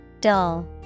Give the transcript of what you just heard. Dull